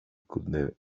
kunde